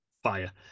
fire